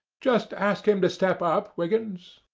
just ask him to step up, wiggins.